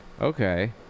Okay